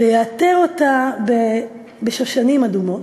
ויעטר אותה בשושנים אדומות,